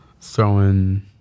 throwing